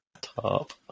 Top